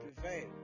prevail